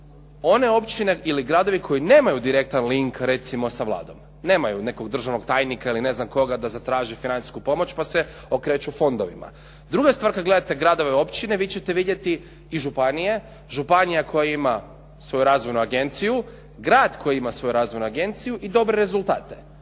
one općine ili gradovi koji nemaju direktan link recimo sa Vladom. Nemaju nekakvog državnog tajnika ili ne znam koga da zatraže financijsku pomoć, pa se okreću fondovima. Druga stvar kada gledate gradove i općine vi ćete vidjeti i županije, županija koja ima svoju razvojnu agenciju, grad koji ima svoju razvojnu agenciju i dobre rezultate